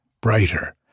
brighter